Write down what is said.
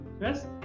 Yes